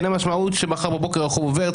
אין המשמעות שמחר בבוקר החוב עובר,